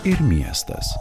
ir miestas